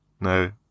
no